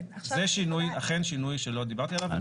זה אכן שינוי שלא דיברתי עליו.